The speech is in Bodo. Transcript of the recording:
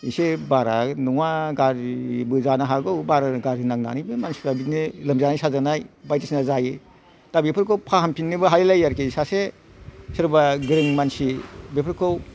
एसे बारा नङा गाज्रिबो जानो हागौ बार गाज्रि नांनानैबो मानसिफ्रा बिदिनो लोमजानाय साजानाय बायदिसिना जायो दा बेफोरखौ फाहामफिननोबो हालायलायो आरोखि सासे सोरबा गोरों मानसि बेफोरखौ